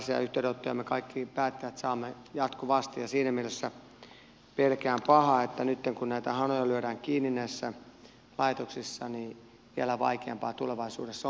tällaisia yhteydenottoja me kaikki päättäjät saamme jatkuvasti ja siinä mielessä pelkään pahaa että nytten kun näitä hanoja lyödään kiinni näissä laitoksissa niin vielä vaikeampaa tulevaisuudessa on päästä vanhainkotiin